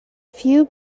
few